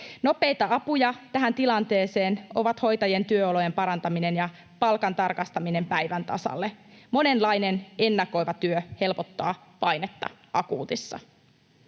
Nopeita apuja tähän tilanteeseen ovat hoitajien työolojen parantaminen ja palkan tarkastaminen päivän tasalle. Monenlainen ennakoiva työ helpottaa painetta akuutissa.